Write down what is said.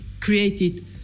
created